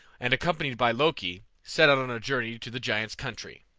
and accompanied by loki, set out on a journey to the giant's country.